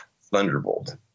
thunderbolt